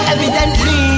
Evidently